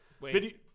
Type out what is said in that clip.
Wait